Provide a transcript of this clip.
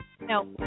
No